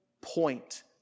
point